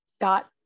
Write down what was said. got